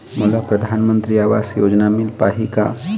मोला परधानमंतरी आवास योजना मिल पाही का?